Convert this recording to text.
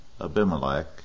Abimelech